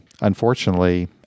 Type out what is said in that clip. unfortunately